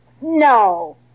No